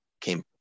came